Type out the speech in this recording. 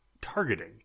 targeting